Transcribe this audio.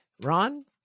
Ron